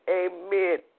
amen